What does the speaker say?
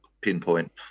pinpoint